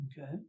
Okay